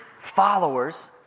followers